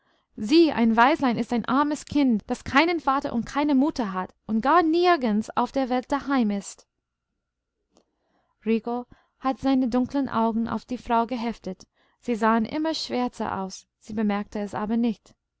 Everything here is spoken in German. sieh ein waislein ist ein armes kind daß keinen vater und keine mutter hat und gar nirgends auf der welt daheim ist rico hatte seine dunkeln augen auf die frau geheftet sie sahen immer schwärzer aus sie bemerkte es aber nicht